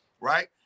Right